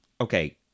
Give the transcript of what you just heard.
Okay